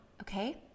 okay